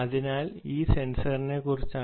അതിനാൽ ഇത് സെൻസറിനെക്കുറിച്ചാണ്